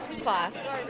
class